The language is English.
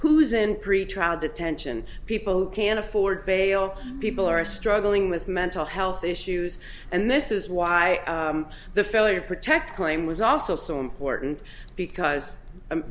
who's in pretrial detention people who can't afford bail people are struggling with mental health issues and this is why the failure to protect claim was also so important because